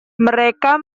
mereka